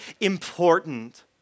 important